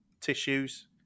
tissues